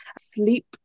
sleep